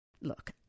Look